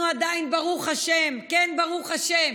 אנחנו עדיין, ברוך השם, כן, ברוך השם,